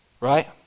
Right